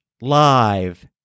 live